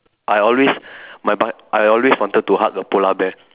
I always my but I always wanted to hug a polar bear